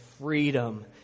freedom